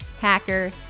hacker